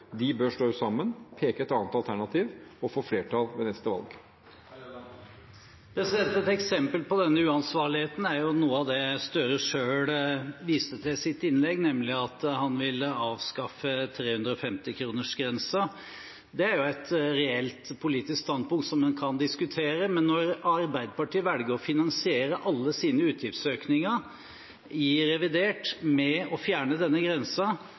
bør stå sammen, peke ut et alternativ og få flertall ved neste valg. Et eksempel på denne uansvarligheten er noe av det Gahr Støre selv viste til i sitt innlegg, nemlig at han vil avskaffe 350-kronersgrensen. Det er jo et reelt politisk standpunkt som en kan diskutere. Men når Arbeiderpartiet velger å finansiere alle sine utgiftsøkninger i revidert med å fjerne denne